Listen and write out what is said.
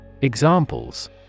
Examples